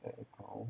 add account